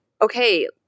okay